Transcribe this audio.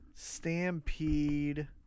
Stampede